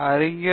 அறிஞர்